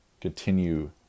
continue